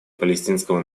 палестинского